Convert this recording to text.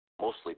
mostly